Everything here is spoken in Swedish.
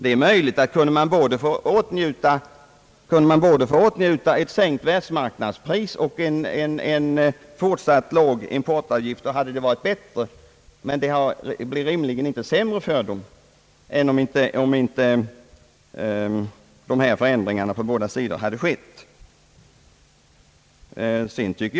Det är möjligt att det för berörda handel varit ändå bättre om man kunnat få åtnjuta både ett sänkt världsmarknadspris och en fortsatt låg importavgift, men det blev rimligen inte sämre för de berörda än om dessa förändringar på båda sidor inte hade skett — alltså än förhållandet var tidigare.